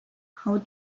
how